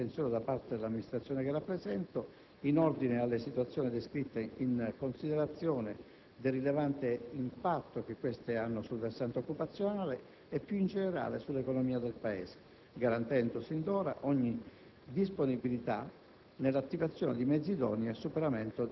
In conclusione, sono sicuramente in grado di garantire la massima attenzione da parte dell'amministrazione che rappresento in ordine alle situazioni descritte, in considerazione del rilevante impatto che queste hanno sul versante occupazionale e, più in generale, sull'economia del Paese, garantendo, sin d'ora, ogni